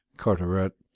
Carteret